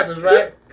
right